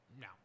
no